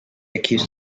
accuse